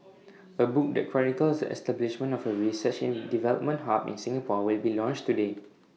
A book that chronicles establishment of A research and development hub in Singapore will be launched today